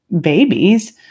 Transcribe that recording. babies